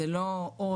זה לא עול,